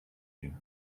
you